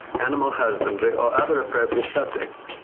animal husbandry, or other appropriate subjects.